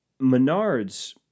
Menards